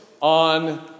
on